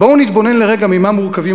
בואו נתבונן לרגע ממה מורכבים,